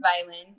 violin